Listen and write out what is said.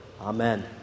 Amen